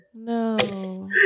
No